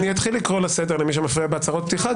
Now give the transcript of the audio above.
אני אתחיל לקרוא לסדר למי שמפריע בהצהרות פתיחה,